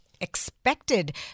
expected